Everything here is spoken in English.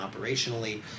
operationally